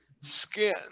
skin